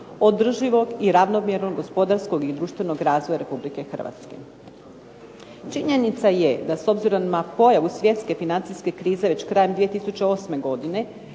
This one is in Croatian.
održivo i ravnomjernog gospodarskog i društvenog razvoja Republike Hrvatske. Činjenica je da s obzirom na pojavu svjetske financijske krize već krajem 2008. godine